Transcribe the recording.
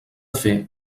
fer